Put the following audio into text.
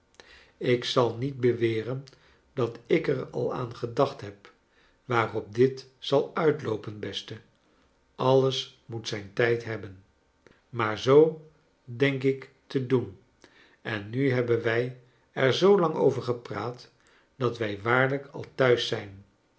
ik zal niet beweren dat ik er al aan gedacht heb waarop dit zal uitloopen beste alles moet zijn tijd hebben maar zoo denk ik te doen en nu hebben wij er zoo lang over gepraat dat wij waarlijk al thuis zijn